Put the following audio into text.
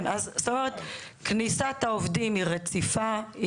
אם כן, כניסת העובדים היא רציפה.